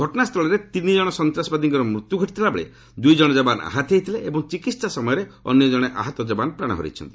ଘଟଣା ସ୍ଥଳରେ ତିନି ସନ୍ତାସବାଦୀଙ୍କର ମୃତ୍ୟୁ ଘଟିଥିବା ବେଳେ ଦୁଇଜଣ ଯବାନ ଆହତ ହୋଇଥିଲେ ଏବଂ ଚିକିତ୍ସା ସମୟରେ ଅନ୍ୟ ଜଣେ ଆହତ ଯବାନ ପ୍ରାଣ ହରାଇଛନ୍ତି